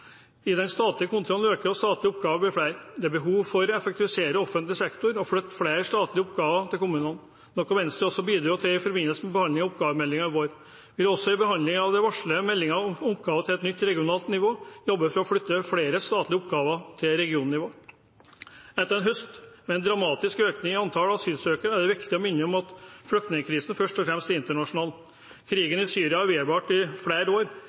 Den statlige kontrollen øker, og statlige oppgaver blir flere. Det er behov for å effektivisere offentlig sektor og flytte flere statlige oppgaver til kommunene, noe Venstre også bidro til i forbindelse med behandling av oppgavemeldingen i vår. Vi vil også i behandlingen av den varslede meldingen om oppgaver til et nytt regionalt nivå jobbe for å flytte flere statlige oppgaver til regionnivå. Etter en høst med en dramatisk økning i antall asylsøkere er det viktig å minne om at flyktningkrisen først og fremst er internasjonal. Krigen i Syria har vedvart i flere år,